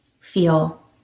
feel